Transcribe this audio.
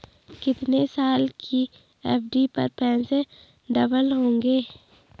कितने साल की एफ.डी पर पैसे डबल होंगे?